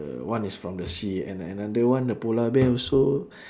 the one is from the sea and an~ another one the polar bear also